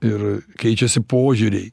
ir keičiasi požiūriai